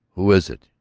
who is it?